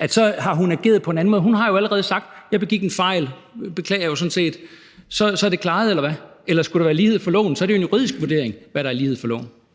at så har hun ageret på en anden måde. Hun har jo allerede sagt: Jeg begik en fejl, det beklager jeg. Og så er det klaret, eller hvad? Eller skulle der være lighed for loven, for så er det jo en juridisk vurdering, altså hvad der er lighed for loven?